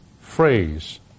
phrase